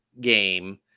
game